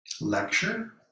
lecture